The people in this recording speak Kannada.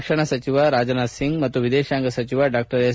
ರಕ್ಷಣಾ ಸಚಿವ ರಾಜನಾಥ್ ಸಿಂಗ್ ಮತ್ತು ವಿದೇಶಾಂಗ ಸಚಿವ ಡಾ ಎಸ್